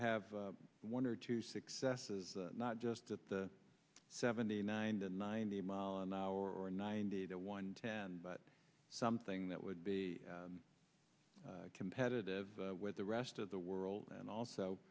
have one or two successes not just at the seventy nine to ninety mile an hour or a ninety to one ten but something that would be competitive with the rest of the world and also